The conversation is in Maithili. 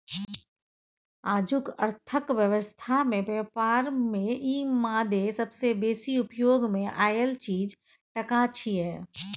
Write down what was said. आजुक अर्थक व्यवस्था में ब्यापार में ई मादे सबसे बेसी उपयोग मे आएल चीज टका छिये